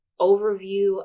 overview